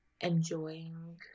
enjoying